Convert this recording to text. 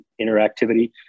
interactivity